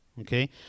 Okay